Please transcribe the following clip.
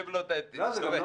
זה כן עופר.